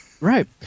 Right